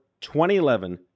2011